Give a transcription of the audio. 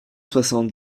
soixante